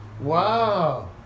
Wow